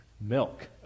Milk